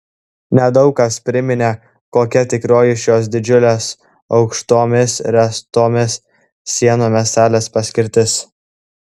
nedaug kas priminė kokia tikroji šios didžiulės aukštomis ręstomis sienomis salės paskirtis